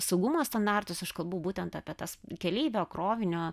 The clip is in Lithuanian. saugumo standartus aš kalbu būtent apie tas keleivio krovinio